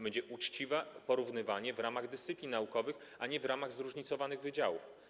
Będzie to uczciwe porównywanie w ramach dyscyplin naukowych, a nie w ramach zróżnicowanych wydziałów.